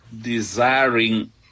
desiring